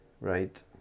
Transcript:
right